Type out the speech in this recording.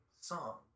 song